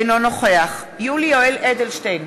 אינו נוכח יולי יואל אדלשטיין,